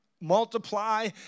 multiply